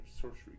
sorcery